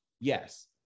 yes